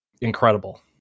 Incredible